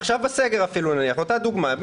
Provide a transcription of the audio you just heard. נניח עכשיו בסגר אותה דוגמה.